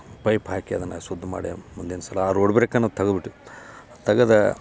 pipe ಹಾಕಿ ಅದನ್ನು ಸುದ್ ಮಾಡಿ ಮುಂದಿನ ಸಲ ಆ ರೋಡ್ ಬ್ರೇಕ್ ಅನ್ನುದು ತೆಗ್ದು ಬಿಟ್ವಿ ತೆಗೆದ